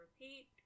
repeat